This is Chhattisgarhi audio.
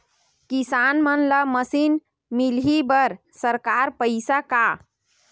किसान मन ला मशीन मिलही बर सरकार पईसा का?